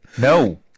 No